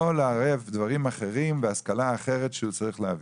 לא לערב דברים אחרים והשכלה אחרת שהוא צריך להביא.